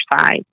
side